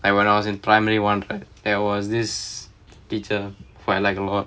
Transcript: like when I was in primary one right there was this teacher for I like a lot